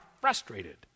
frustrated